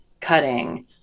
cutting